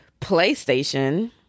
PlayStation